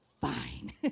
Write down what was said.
fine